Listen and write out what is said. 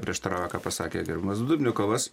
prieštarauja ką pasakė gerbiamas dubnikovas